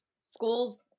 schools